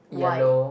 white